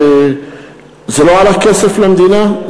זה לא עלה כסף למדינה,